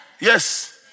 Yes